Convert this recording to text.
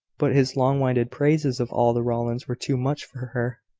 but his long-winded praises of all the rowlands were too much for her.